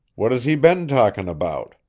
what has he been talking about?